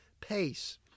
pace